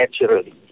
naturally